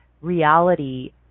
reality